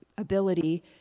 Ability